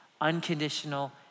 unconditional